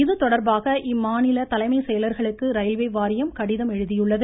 இதுதொடர்பாக இம்மாநில தலைமை செயலர்களுக்கு ரயில்வே வாரியம் கடிதம் எழுதியுள்ளது